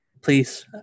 Please